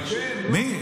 מי?